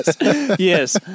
yes